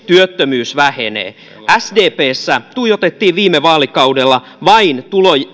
työttömyys vähenee sdpssä tuijotettiin viime vaalikaudella vain